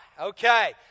Okay